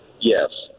Yes